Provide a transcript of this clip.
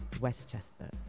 Westchester